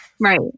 Right